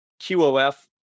QOF